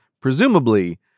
Presumably